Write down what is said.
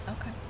Okay